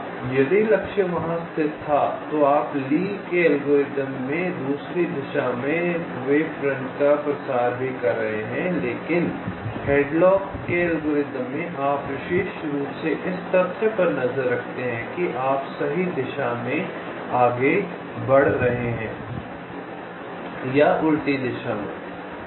इसलिए यदि लक्ष्य वहां स्थित था तो आप ली के एल्गोरिथ्म में दूसरी दिशा में तरंग मोर्चे का प्रचार भी कर रहे हैं लेकिन हैडलॉक के एल्गोरिदम में आप विशेष रूप से इस तथ्य पर नज़र रखते हैं कि आप सही दिशा में आगे बढ़ रहे हैं या उल्टी दिशा में